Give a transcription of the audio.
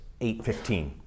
8.15